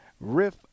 riff